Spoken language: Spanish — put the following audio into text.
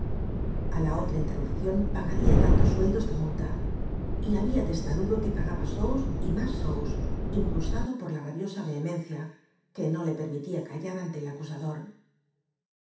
la otra interrupción pagaría tantos sueldos de multa y había testarudo que pagaba sous y más sous impulsado por la rabiosa vehemen cia que no le permitía callar ante el acusador